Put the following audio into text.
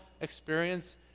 experience